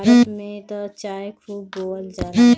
भारत में त चाय खूब बोअल जाला